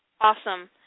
awesome